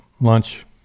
lunch